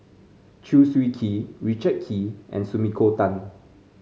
Chew Swee Kee Richard Kee and Sumiko Tan